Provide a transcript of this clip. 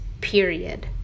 period